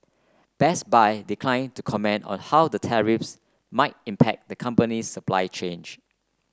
Best Buy decline to comment on how the tariffs might impact the company's supply chain